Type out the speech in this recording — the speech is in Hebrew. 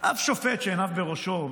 אף שופט שעיניו בראשו,